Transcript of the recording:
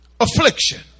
affliction